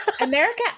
america